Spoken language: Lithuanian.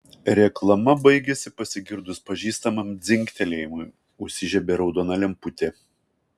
reklama baigėsi pasigirdus pažįstamam dzingtelėjimui užsižiebė raudona lemputė